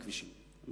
בכבישים,